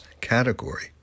category